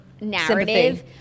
narrative